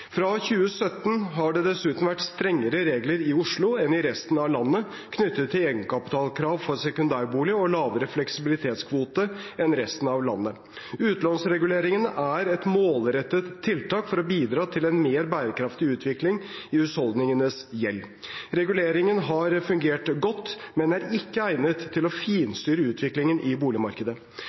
Fra 2017 har det dessuten vært strengere regler i Oslo enn i resten av landet knyttet til egenkapitalkrav for sekundærbolig og lavere fleksibilitetskvote enn i resten av landet. Utlånsreguleringen er et målrettet tiltak for å bidra til en mer bærekraftig utvikling i husholdningenes gjeld. Reguleringen har fungert godt, men er ikke egnet til å finstyre utviklingen i boligmarkedet.